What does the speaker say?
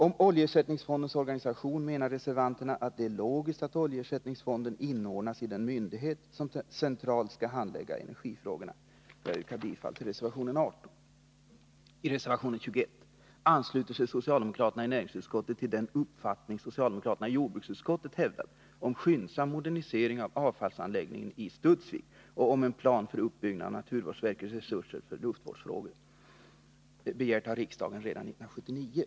Om oljeersättningsfondens organisation menar reservanterna att det är logiskt att oljeersättningsfonden inordnas i den myndighet som centralt skall handlägga energifrågorna. Jag yrkar bifall till reservation 18. I reservation 21 ansluter sig socialdemokraterna i näringsutskottet till den uppfattning socialdemokraterna i jordbruksutskottet hävdar, nämligen om vikten av en skyndsam modernisering av avfallsanläggningen i Studsvik och om en plan för uppbyggnad av naturvårdsverkets resurser för luftvårdsfrågor. Denna begärdes av riksdagen 1979.